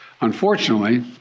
Unfortunately